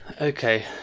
Okay